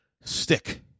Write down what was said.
stick